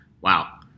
Wow